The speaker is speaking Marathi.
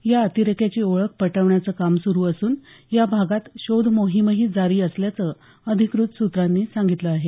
या अतिरेक्याची ओळख पटवण्याचं काम सुरू असून या भागात शोध मोहीमही जारी असल्याचं अधिकृत सूत्रांनी सांगितलं आहे